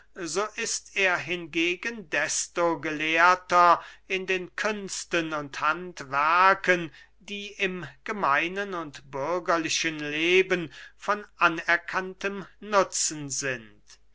so ist er hingegen desto gelehrter in den künsten und handwerken die im gemeinen und bürgerlichen leben von anerkanntem nutzen sind